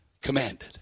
commanded